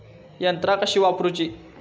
यंत्रा कशी वापरूची?